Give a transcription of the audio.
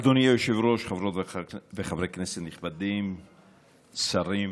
אדוני היושב-ראש, חברות וחברי כנסת נכבדים, שרים,